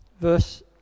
Verse